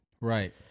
right